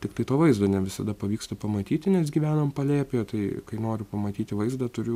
tiktai to vaizdo ne visada pavyksta pamatyti nes gyvenam palėpėje tai kai noriu pamatyti vaizdą turiu